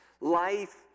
Life